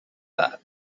that